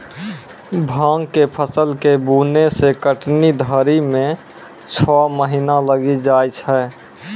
भाँग के फसल के बुनै से कटनी धरी मे छौ महीना लगी जाय छै